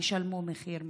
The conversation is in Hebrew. ישלמו את המחיר,